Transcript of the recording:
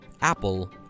Apple